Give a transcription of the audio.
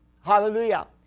Hallelujah